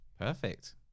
perfect